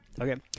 Okay